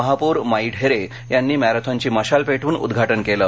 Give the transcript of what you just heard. महापौर माई ढेरे यांनी मॅरेथॉनची मशाल पेटवून उद्घाटन केले